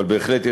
אבל בהחלט,